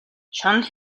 шунал